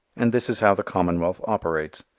and this is how the commonwealth operates.